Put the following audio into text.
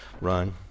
run